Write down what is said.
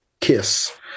kiss